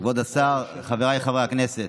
כבוד השר, חבריי חברי הכנסת,